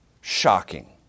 shocking